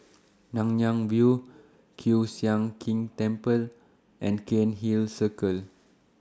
Nanyang View Kiew Sian King Temple and Cairnhill Circle